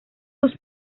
sus